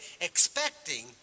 Expecting